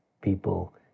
people